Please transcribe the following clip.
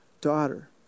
daughter